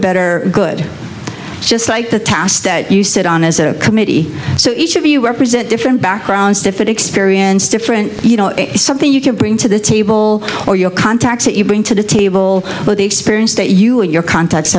better good just like the task that you sit on as a committee so each of you represent different backgrounds different experience different you know something you can bring to the table or your contacts that you bring to the table but the experience that you and your contacts